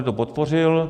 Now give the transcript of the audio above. to podpořil.